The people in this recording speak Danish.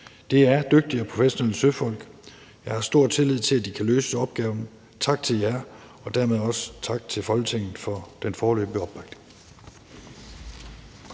Det er dygtige og professionelle søfolk. Jeg har stor tillid til, at de kan løse opgaven. Tak til jer, og dermed også tak til Folketinget for den foreløbige opbakning.